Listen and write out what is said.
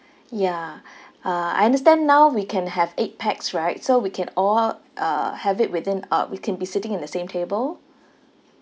ya uh I understand now we can have eight pax right so we can all uh have it within uh we can be sitting in the same table